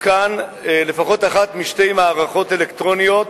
תותקן לפחות אחת משתי מערכות אלקטרוניות,